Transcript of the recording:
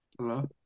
Hello